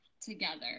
together